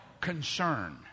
concern